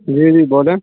جی جی بولیں